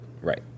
Right